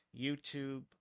YouTube